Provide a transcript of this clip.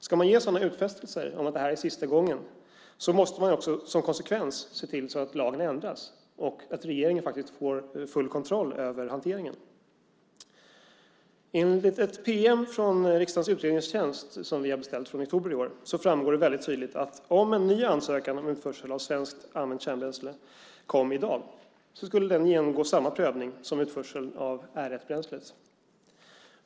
Ska man göra sådana utfästelser om att detta är sista gången måste man också som konsekvens se till att lagen ändras och att regeringen faktiskt får full kontroll över hanteringen. Enligt ett pm från oktober i år som vi har beställt från riksdagens utredningstjänst framgår det mycket tydligt att om en ny ansökan om utförsel av svenskt använt kärnbränsle kom i dag skulle den genomgå samma prövning som utförseln av R 1-bränslet.